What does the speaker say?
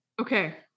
Okay